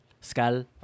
skal